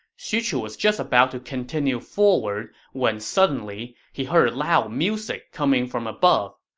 xu chu was just about to continue forward when suddenly, he heard loud music coming from above.